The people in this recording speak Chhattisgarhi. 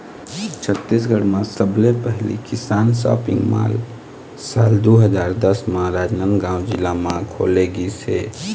छत्तीसगढ़ म सबले पहिली किसान सॉपिंग मॉल साल दू हजार दस म राजनांदगांव जिला म खोले गिस हे